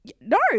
no